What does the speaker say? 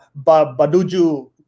Baduju